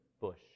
bush